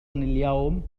اليوم